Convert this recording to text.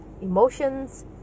emotions